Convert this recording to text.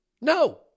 No